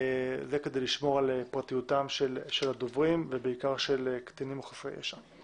זה כדי לשמור על פרטיותם של הדוברים ובעיקר של קטינים או חסרי ישע.